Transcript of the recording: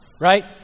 right